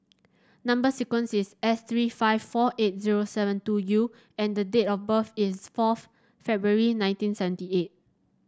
number sequence is S three five four eight zero seven two U and the date of birth is fourth February nineteen seventy eight